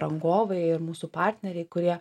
rangovai ir mūsų partneriai kurie